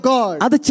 God